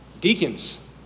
Deacons